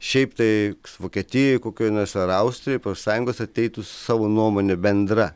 šiaip tai vokietijoj kokioj nors ar austrijoj profsąjungos ateitų su savo nuomonę bendra